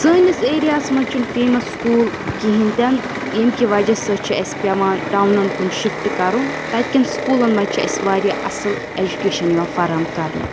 سٲنِس ایریاہَس منٛز چھُ نہٕ فیمَس سکوٗل کِہیٖنۍ تہِ نہٕ ییٚمہِ کہِ وَجہ سۭتۍ چھِ اَسہِ پیٚوان ٹاونَن کُن شِفٹ کَرُن تَتۍ کیٚن سکوٗلَن مَنٛز چھِ اَسہِ واریاہ اَصٕل ایٚجُکیشَن یِوان فَرہَم کَرنہٕ